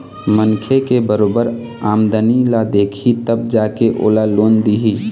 मनखे के बरोबर आमदनी ल देखही तब जा के ओला लोन दिही